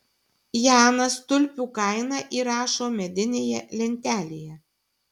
janas tulpių kainą įrašo medinėje lentelėje